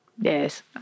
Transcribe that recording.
Yes